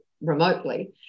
remotely